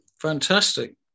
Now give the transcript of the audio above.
Fantastic